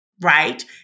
right